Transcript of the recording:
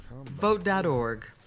Vote.org